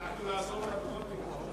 אנחנו נעזור לה בכל מקרה.